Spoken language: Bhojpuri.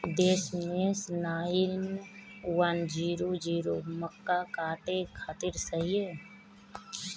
दशमेश नाइन वन जीरो जीरो मक्का काटे खातिर सही ह?